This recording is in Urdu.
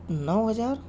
نو ہزار